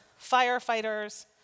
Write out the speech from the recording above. firefighters